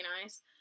nice